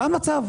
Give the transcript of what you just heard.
זה המצב.